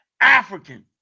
african